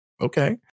okay